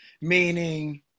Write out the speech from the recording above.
meaning